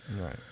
Right